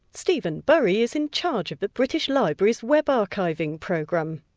stephen bury is in charge of the british library's web archiving program.